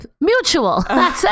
Mutual